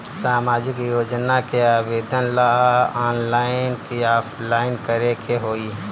सामाजिक योजना के आवेदन ला ऑनलाइन कि ऑफलाइन करे के होई?